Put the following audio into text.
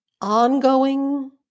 ongoing